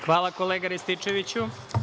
Hvala, kolega Rističeviću.